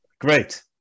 great